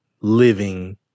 living